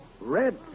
Red